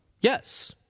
Yes